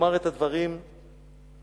אומר את הדברים בעל-פה.